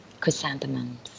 chrysanthemums